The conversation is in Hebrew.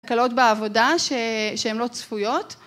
תקלות בעבודה ש... שהן לא צפויות.